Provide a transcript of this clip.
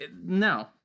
no